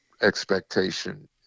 expectation